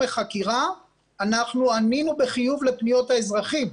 חקירה אנחנו ענינו בחיוב לפניות האזרחים,